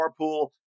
carpool